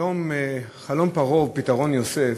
חלום פרעה ופתרון יוסף,